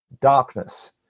darkness